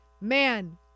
man